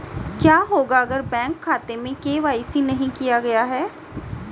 क्या होगा अगर बैंक खाते में के.वाई.सी नहीं किया गया है?